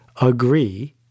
agree